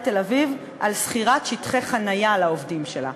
תל-אביב על שכירות שטחי חניה לעובדים שלה.